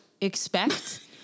expect